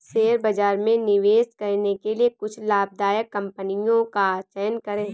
share बाजार में निवेश करने के लिए कुछ लाभदायक कंपनियों का चयन करें